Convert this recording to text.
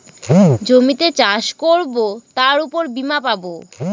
জমিতে চাষ করবো তার উপর বীমা পাবো